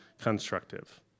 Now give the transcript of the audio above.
constructive